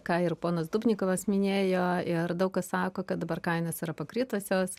ką ir ponas dubnikovas minėjo ir daug kas sako kad dabar kainos yra pakritusios